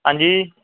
आं जी